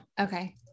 Okay